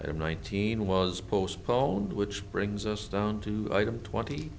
have nineteen was postponed which brings us down to item twenty